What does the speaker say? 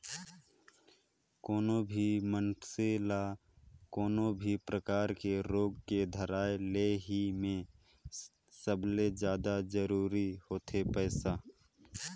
कोनो भी मइनसे ल कोनो भी परकार के रोग के धराए ले हे में सबले जादा जरूरी होथे पइसा